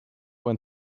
when